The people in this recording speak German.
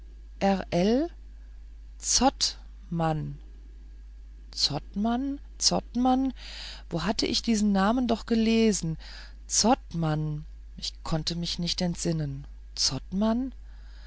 zottmann zottmann wo hatte ich diesen namen doch gelesen zottmann ich konnte mich nicht entsinnen